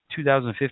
2015